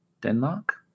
Denmark